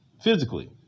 physically